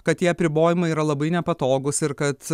kad tie apribojimai yra labai nepatogūs ir kad